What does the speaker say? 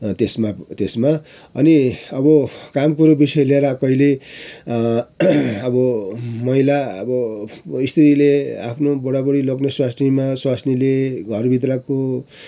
त्यसमा त्यसमा अनि अब काम कुरो विषय लिएर कहिले अब महिला अब स्त्रीले आफनो बुडा बुडी लोग्ने स्वास्नीमा स्वास्नीले घरभित्रको